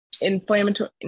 Inflammatory